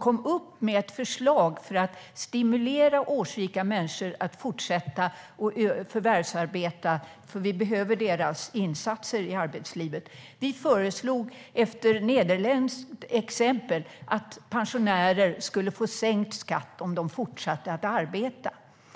kom med ett förslag för att stimulera årsrika människor att fortsätta att förvärvsarbeta eftersom vi behöver deras insatser i arbetslivet. Vi föreslog efter nederländsk modell att pensionärer skulle få sänkt skatt om de fortsatte att arbeta.